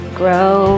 grow